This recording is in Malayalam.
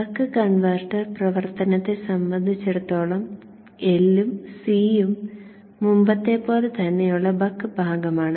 ബക്ക് കൺവെർട്ടർ പ്രവർത്തനത്തെ സംബന്ധിച്ചിടത്തോളം എൽ ഉം സി ഉം മുമ്പത്തെപ്പോലെ തന്നെയുള്ള ബക്ക് ഭാഗമാണ്